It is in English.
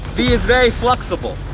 he is very flexible.